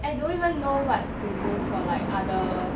I don't even know what to do for like other